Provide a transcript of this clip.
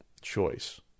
choice